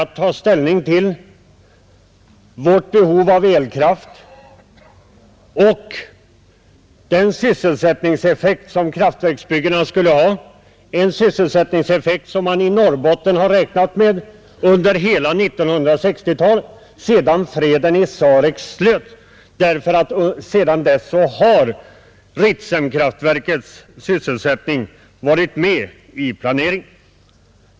Å ena sidan gällde det vårt behov av elkraft och den sysselsättningseffekt som kraftverksbyggena skulle ha, en sysselsättningseffekt som man i Norrbotten har räknat med under hela 1960-talet sedan freden i Sarek slöts, Sedan dess har ju Ritsemkraftverket varit med i planeringen.